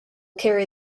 carry